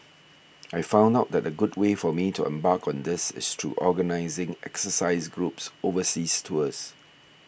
I found out that a good way for me to embark on this is through organising exercise groups overseas tours